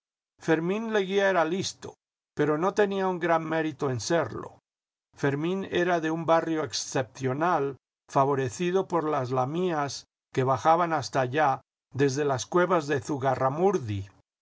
fermín leguía era listo pero no tenía un gran mérito en serlo fermín era de un barrio excepcional favorecido por las lamias que bajaban hasta allá desde las cuevas de